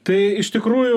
tai iš tikrųjų